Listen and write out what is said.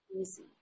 easy